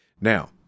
Now